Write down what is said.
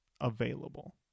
available